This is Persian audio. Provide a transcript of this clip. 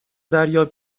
دریاب